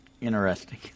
interesting